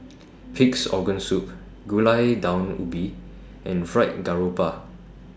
Pig'S Organ Soup Gulai Daun Ubi and Fried Garoupa